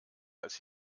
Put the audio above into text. als